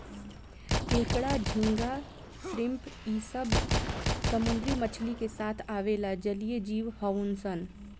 केकड़ा, झींगा, श्रिम्प इ सब समुंद्री मछली के साथ आवेला जलीय जिव हउन सन